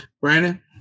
Brandon